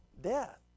death